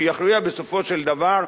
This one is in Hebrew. שיכריע בסופו של דבר,